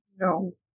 No